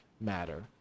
matter